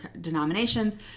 denominations